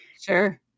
Sure